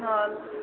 ହଁ